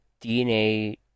DNA